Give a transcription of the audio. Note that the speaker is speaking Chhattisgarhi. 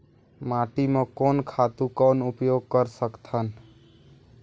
माटी म कोन खातु कौन उपयोग कर सकथन?